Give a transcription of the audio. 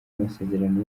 masezerano